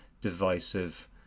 divisive